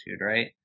right